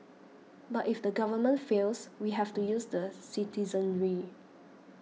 but if the government fails we have to use the citizenry